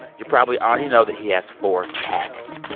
you probably already know that he has four cats.